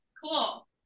Cool